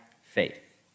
faith